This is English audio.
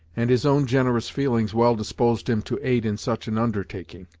and his own generous feelings well disposed him to aid in such an undertaking.